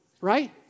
right